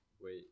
wait